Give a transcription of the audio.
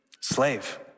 Slave